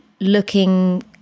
looking